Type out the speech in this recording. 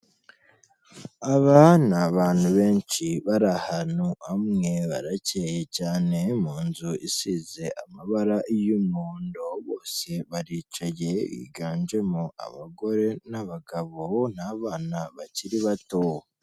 Aba ni abantu benshi bari ahantu hamwe, barakeye cyane mu nzu isize amabara y'umuhondo, bose baricaye biganjemo abagore n'abagabo n'abana bakiri bato.